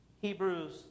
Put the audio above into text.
Hebrews